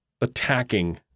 attacking